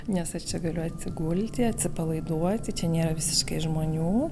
nes aš čia galiu atsigulti atsipalaiduoti čia nėra visiškai žmonių